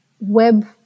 web